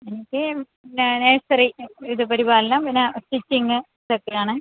എനിക്ക് നേഴ്സറി വീട് പരിപാലനം പിന്നെ സ്റ്റിച്ചിംഗ് ഇതൊക്കെ ആണ്